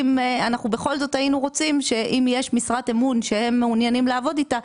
ובכל זאת היינו רוצים שאם יש משרת אמון שהם מעוניינים לעבוד איתה,